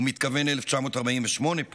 הוא מתכוון פה ל-1948,